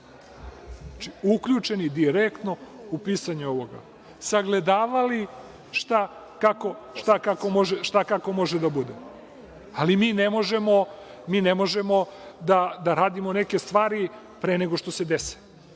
ovoga. Uključeni direktno u pisanje ovoga, sagledavali šta, kako može da bude. Ali mi ne možemo da radimo neke stvari pre nego što se dese.